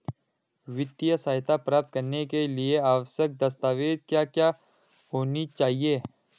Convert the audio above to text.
वित्तीय सहायता प्राप्त करने के लिए आवश्यक दस्तावेज क्या क्या होनी चाहिए?